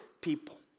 people